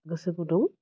गोसो गुदुं